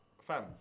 fam